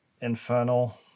Infernal